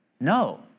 No